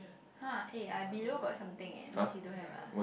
!huh! eh I below got something means you don't have ah